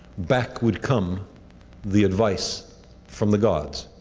back would come the advice from the gods,